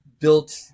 built